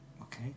Okay